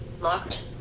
Locked